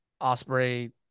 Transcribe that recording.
Osprey